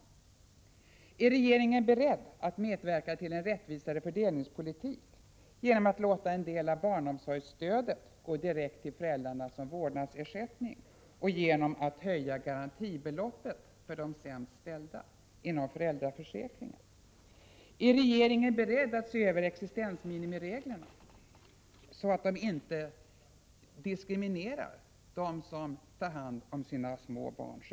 Är regeringen beredd att medverka till en rättvisare fördelningspolitik genom att låta en del av barnomsorgsstödet gå direkt till föräldrarna som vårdnadsersättning och genom att höja garantibeloppet för de sämst ställda inom föräldraförsäkringen? Är regeringen beredd att se över existensminimireglerna, så att de inte diskriminerar dem som själva tar hand om sina små barn?